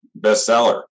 bestseller